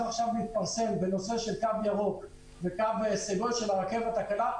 להתפרסם בנושא של קו ירוק וקו סגול של הרכבת הקלה,